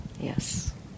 yes